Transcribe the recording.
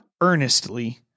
earnestly